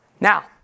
Now